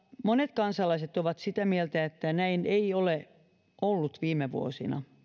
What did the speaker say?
monet kansalaiset ovat sitä mieltä että näin ei ole ollut viime vuosina